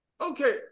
Okay